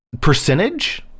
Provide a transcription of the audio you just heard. percentage